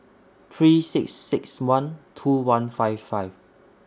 three six six one two one five five